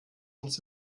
uns